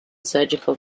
surgical